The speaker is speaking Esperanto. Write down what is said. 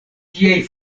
ĝiaj